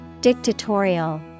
Dictatorial